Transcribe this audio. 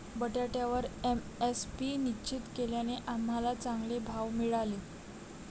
बटाट्यावर एम.एस.पी निश्चित केल्याने आम्हाला चांगले भाव मिळाले